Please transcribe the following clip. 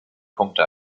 punkte